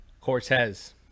Cortez